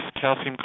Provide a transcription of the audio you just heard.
calcium